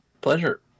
pleasure